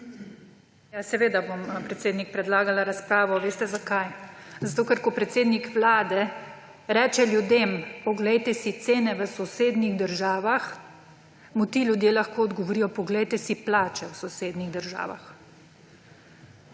Ja, seveda bom, predsednik, predlagala razpravo. Veste zakaj? Zato ker, ko predsednik Vlade reče ljudem, poglejte si cene v sosednjih državah, mu ti ljudje lahko odgovorijo, poglejte si plače v sosednjih državah.